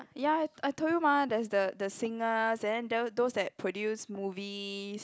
ya I I told you mah there's the the singer and then those that produce movies